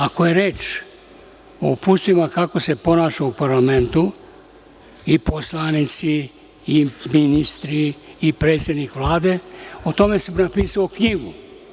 Ako je reč o uputstvima kako se ponaša u Parlamentu i poslanici i ministri i predsednik Vlade, o tome sam napisao knjigu.